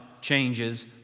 changes